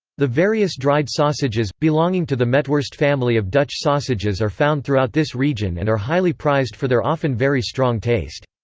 the various dried sausages, belonging to the metworst-family of dutch sausages are found throughout this region and are highly prized for their often very strong taste.